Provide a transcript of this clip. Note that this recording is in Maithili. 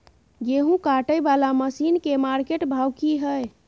गेहूं काटय वाला मसीन के मार्केट भाव की हय?